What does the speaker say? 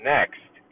Next